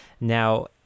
now